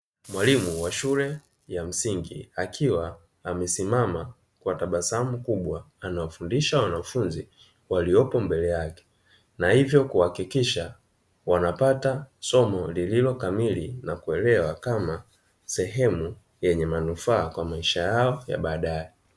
Mwalimu wa shule ya msingi, akiwa amesimama kwa tabasamu kubwa. Anawafundisha wanafunzi waliopo mbele yake, na hivyo kuhakikisha wanapata somo lililo kamili na kuelewa, kama sehemu yenye manufaa, kwa maisha yao ya baadaye.